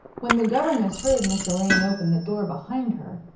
when the governess heard miss elaine open the door behind her,